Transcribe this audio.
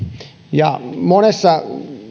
ja monessa